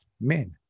Men